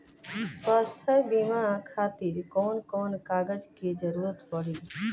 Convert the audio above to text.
स्वास्थ्य बीमा खातिर कवन कवन कागज के जरुरत पड़ी?